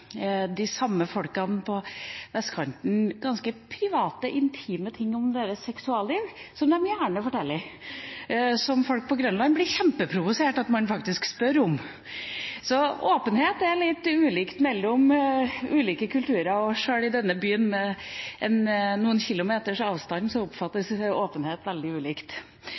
de samme folkene på vestkanten om ganske private, intime ting om deres seksualliv, som de gjerne forteller, men som folk på Grønland blir kjempeprovosert av at man faktisk spør om. Så åpenhet er litt ulikt oppfattet i ulike kulturer, og sjøl i denne byen – bare med noen kilometers avstand – oppfattes åpenhet veldig ulikt.